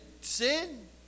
sin